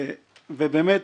ובאמת